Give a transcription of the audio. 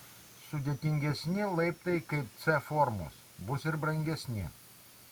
sudėtingesni laiptai kaip c formos bus ir brangesni